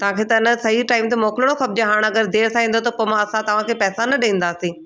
तव्हांखे त न सही टाइम ते मोकिलिणो खपजे हाणे अगरि देरि सां ईंदो त पोइ मां असां तव्हांखे पैसा न ॾींदासीं